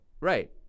Right